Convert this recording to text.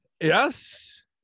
Yes